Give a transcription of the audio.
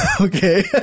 Okay